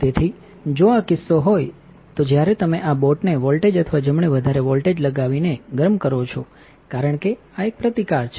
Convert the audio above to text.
તેથી જો આ કિસ્સો હોય તો જ્યારે તમે આ બોટને વોલ્ટેજ અથવા જમણે વધારે વોલ્ટેજ લગાવીને ગરમ કરો છો કારણ કે આ એક પ્રતિકાર છે